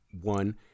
one